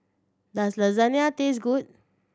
does Lasagna taste good